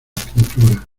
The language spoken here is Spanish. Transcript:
pintura